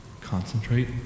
concentrate